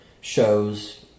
shows